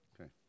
Okay